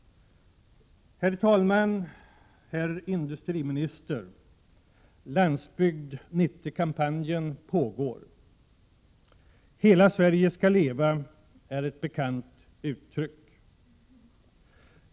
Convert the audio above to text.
Herr talman! Herr industriminister! Landsbygd 90-kampanjen pågår. ”Hela Sverige skall leva!” är ett bekant uttryck.